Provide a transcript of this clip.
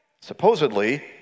supposedly